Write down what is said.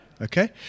Okay